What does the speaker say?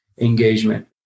engagement